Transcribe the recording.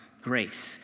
grace